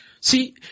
See